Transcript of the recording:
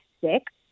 six